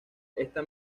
esta